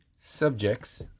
subjects